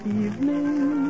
evening